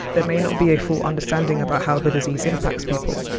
there may not be a full understanding about how the disease impacts people.